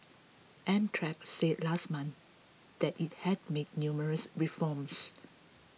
Amtrak said last month that it had made numerous reforms